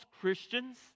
Christians